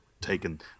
taken